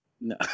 No